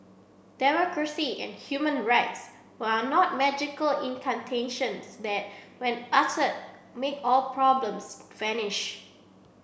democracy and human rights are not magical incantations that when utter make all problems vanish